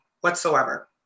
whatsoever